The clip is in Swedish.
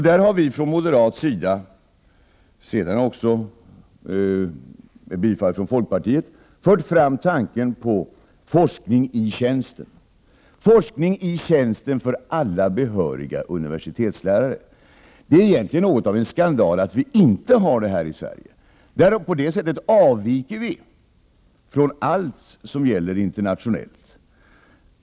Vi har från moderat sida fört fram tanken på forskning i tjänsten för alla behöriga universitetslärare, något som sedan också stötts av folkpartiet. Det är egentligen något av en skandal att vi inte redan har det på detta sätt i Sverige. Vi avviker från allt som gäller internationellt.